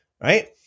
Right